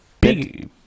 Big